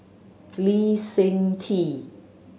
Lee Seng Tee